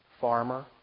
farmer